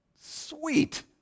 Sweet